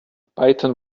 python